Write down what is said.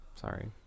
Sorry